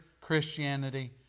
Christianity